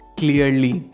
clearly